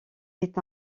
est